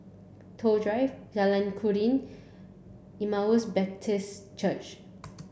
Toh Drive Jalan Keruing Emmaus Baptist Church